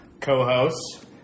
co-hosts